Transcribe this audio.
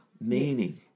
Meaning